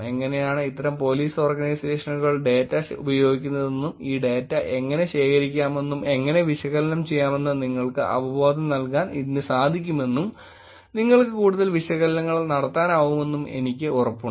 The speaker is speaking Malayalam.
എങ്ങനെയാണു ഇത്തരം പോലീസ് ഓർഗനൈസേഷനുകൾ ഡേറ്റ ഉപയോഗിക്കുന്നതെന്നുംഈ ഡേറ്റ എങ്ങനെ ശേഖരിക്കാമെന്നുംഎങ്ങനെ വിശകലനം ചെയ്യാമെന്നും നിങ്ങൾക്ക് അവബോധം നല്കാൻ ഇതിനു സാധിക്കുമെന്നും നിങ്ങൾക്ക് കൂടുതൽ വിശകലനങ്ങൾ നടത്താനാവുമെന്നും എനിക്ക് ഉറപ്പുണ്ട്